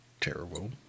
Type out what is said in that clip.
terrible